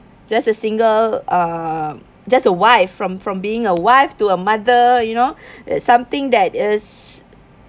just a single uh just a wife from from being a wife to a mother you know it's something that is